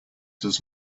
does